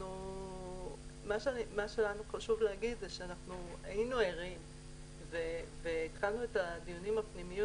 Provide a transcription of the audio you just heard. מה שחשוב לנו להגיד זה שהיינו ערים והתחלנו את הדיונים הפנימיים